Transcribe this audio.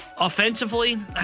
Offensively